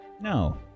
No